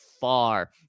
far